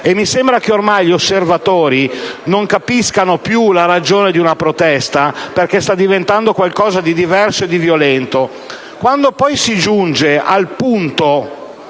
settimana. Ormai gli osservatori non capiscono più le ragioni di una protesta che sta diventando qualcosa di diverso e di violento.